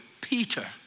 Peter